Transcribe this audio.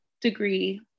degree